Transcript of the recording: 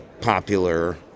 popular